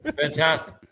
Fantastic